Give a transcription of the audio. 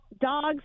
dogs